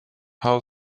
how